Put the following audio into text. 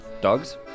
Dogs